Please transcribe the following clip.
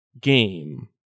game